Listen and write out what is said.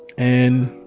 and